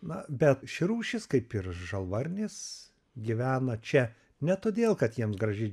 na bet ši rūšis kaip ir žalvarnis gyvena čia ne todėl kad jiems graži